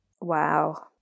Wow